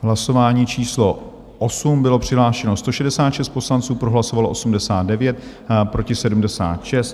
Hlasování číslo 8, bylo přihlášeno 166 poslanců, pro hlasovalo 89, proti 76.